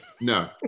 No